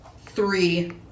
three